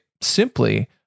simply